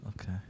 Okay